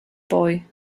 boy